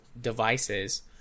devices